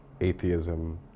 atheism